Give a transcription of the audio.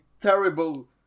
terrible